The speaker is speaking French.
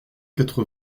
quatre